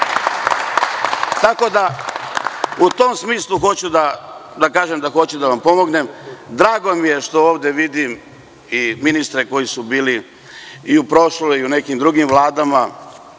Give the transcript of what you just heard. je moj.U tom smislu hoću da kažem da hoću da vam pomognem. Drago mi je što ovde vidim i ministre koji su bili u prošloj i u nekim drugim vladama